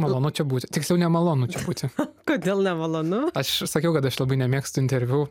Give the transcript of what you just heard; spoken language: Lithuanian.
malonu čia būti tiksliau nemalonu čia būti kodėl nemalonu aš sakiau kad aš labai nemėgstu interviu